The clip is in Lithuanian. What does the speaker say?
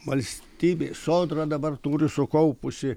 valstybė sodra dabar turi sukaupusi